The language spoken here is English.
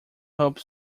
hope